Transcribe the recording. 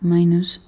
Minus